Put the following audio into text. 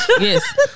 Yes